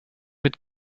mit